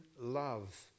love